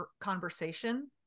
conversation